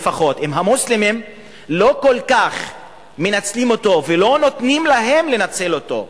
לפחות אם המוסלמים לא כל כך מנצלים אותו ולא נותנים להם לנצל אותו,